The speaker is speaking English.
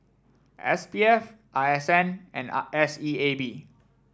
S P F R S N and R S E A B